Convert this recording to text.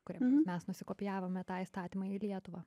kuriam mes nusikopijavome tą įstatymą į lietuvą